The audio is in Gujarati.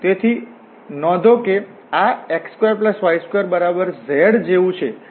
તેથી નોંધો કે આ x2y2z જેવું છે